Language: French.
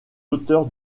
auteur